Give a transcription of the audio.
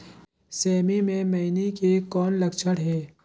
सेमी मे मईनी के कौन लक्षण हे?